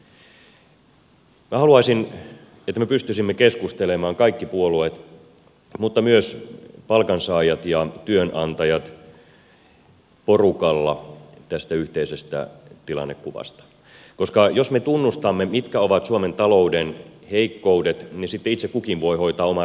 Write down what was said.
minä haluaisin että me pystyisimme keskustelemaan kaikki puolueet mutta myös palkansaajat ja työnantajat porukalla tästä yhteisestä tilannekuvasta koska jos me tunnustamme mitkä ovat suomen talouden heikkoudet niin sitten itse kukin voi hoitaa oman rootelinsa